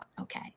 okay